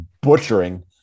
butchering